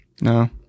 No